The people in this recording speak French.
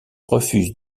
refuse